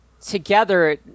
together